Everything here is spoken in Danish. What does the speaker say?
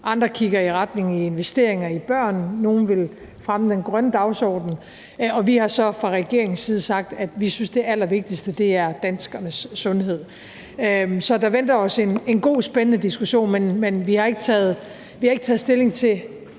andre kigger i retning af investeringer i børn; nogle vil fremme den grønne dagsorden. Vi har så fra regeringens side sagt, at vi synes, at det allervigtigste er danskernes sundhed. Så der venter os en god og spændende diskussion, men vi har ikke taget stilling til